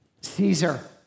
Caesar